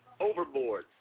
overboard